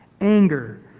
anger